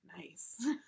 nice